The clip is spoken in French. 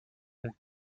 ont